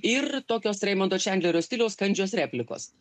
ir tokios reimondo čiandlerio stiliaus kandžios replikos